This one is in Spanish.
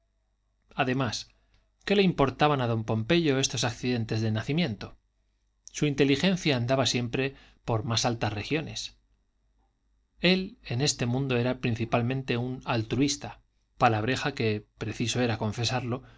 además qué le importaban a don pompeyo estos accidentes del nacimiento su inteligencia andaba siempre por más altas regiones él en este mundo era principalmente un altruista palabreja que preciso es confesarlo